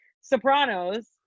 Sopranos